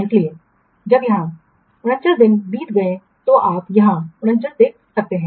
इसलिए जब यहां 49 दिन बीत गए तो आप यहां 49 देख सकते हैं